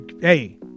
Hey